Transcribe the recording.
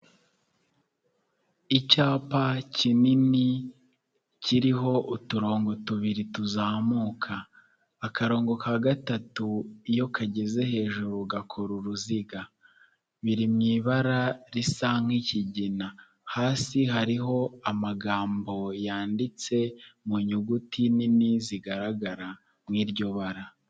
Icyapa kinini kiriho uturongo tubiri tuzamuka, akarongo ka gatatu iyo kageze hejuru gakora uruziga, biri mu ibara risa nk'ikigina, hasi hariho amagambo yanditse mu nyuguti nini zigaragara mu iryo bara.